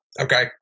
Okay